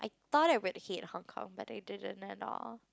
I thought you would hate Hong-Kong but you didn't at all